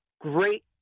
great